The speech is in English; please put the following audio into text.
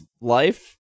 life